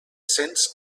cents